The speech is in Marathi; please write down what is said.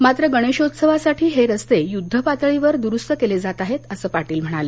मात्र गणेशोत्सवासाठी हे रस्ते युद्ध पातळीवर द्रुस्त केले जात आहेत असं पाटील म्हणाले